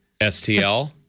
STL